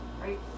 Right